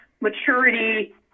maturity